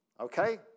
Okay